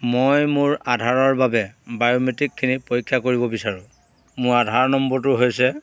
মই মোৰ আধাৰৰ বাবে বায়োমেট্ৰিকখিনি পৰীক্ষা কৰিব বিচাৰো মোৰ আধাৰ নম্বৰটো হৈছে